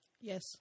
Yes